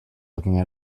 looking